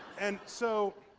and so